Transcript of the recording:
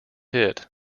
hit